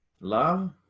love